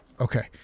Okay